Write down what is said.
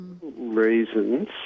Reasons